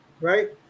Right